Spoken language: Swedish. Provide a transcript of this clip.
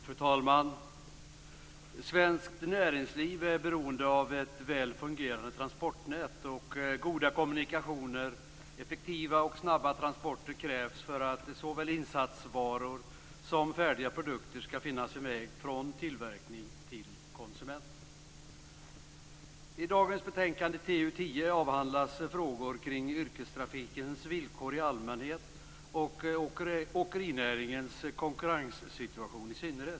Fru talman! Svenskt näringsliv är beroende av ett väl fungerande transportnät. Goda kommunikationer, effektiva och snabba transporter, krävs för att såväl insatsvaror som färdiga produkter skall finna sin väg från tillverkning till konsument. I dagens betänkande TU10 avhandlas frågor kring yrkestrafikens villkor i allmänhet och åkerinäringens konkurrenssituation i synnerhet.